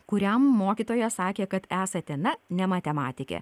kuriam mokytoja sakė kad esate na ne matematikė